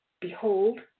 behold